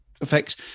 effects